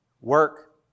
work